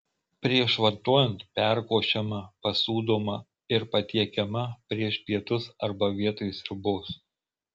prieš vartojant perkošiama pasūdomą ir patiekiama prieš pietus arba vietoj sriubos